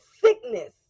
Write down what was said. sickness